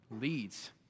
leads